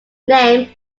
name